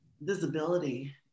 visibility